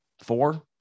Four